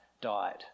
died